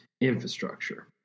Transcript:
infrastructure